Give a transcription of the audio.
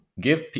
give